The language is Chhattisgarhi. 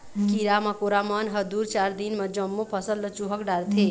कीरा मकोरा मन ह दूए चार दिन म जम्मो फसल ल चुहक डारथे